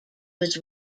was